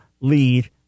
lead